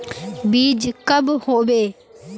बीज कब होबे?